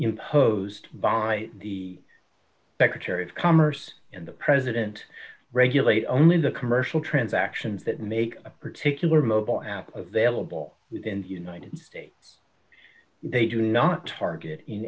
posed by the secretary of commerce and the president regulate only the commercial transactions that make a particular mobile app available within the united states they do not target in